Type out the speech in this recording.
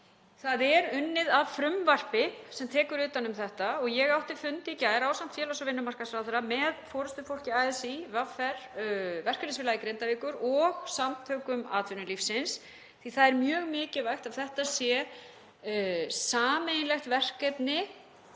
Það er unnið að frumvarpi sem tekur utan um þetta og ég átti fund í gær ásamt félags- og vinnumarkaðsráðherra með forystufólki ASÍ, VR, Verkalýðsfélagi Grindavíkur og Samtökum atvinnulífsins því að það er mjög mikilvægt að þetta sé sameiginlegt verkefni